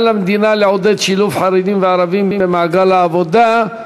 על המדינה לעודד שילוב חרדים וערבים במעגל העבודה,